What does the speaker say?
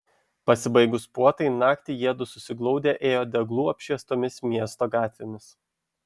pasibaigus puotai naktį jiedu susiglaudę ėjo deglų apšviestomis miesto gatvėmis